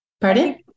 Pardon